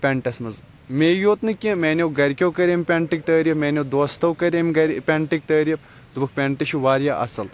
پیٚنٹَس مَنٛز مےٚ یوت نہٕ کیٚنٛہہ میٛانیٚو گَرِکیٚو کٔرۍ امہِ پیٚنٹٕکۍ تٲریف میاٛنیٚو دوستَو کٔرۍ امہِ گَرِ پیٚنٹٕکۍ تٲریف دوٚپُکھ پیٚنٹہٕ چھُ واریاہ اصٕل